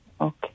Okay